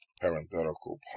parenthetical